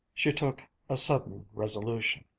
she took a sudden resolution.